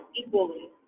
equally